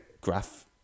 graph